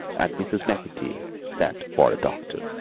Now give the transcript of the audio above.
and mrs. maclntyre sent for a doctor.